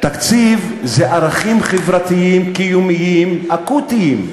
תקציב זה ערכים חברתיים קיומיים אקוטיים.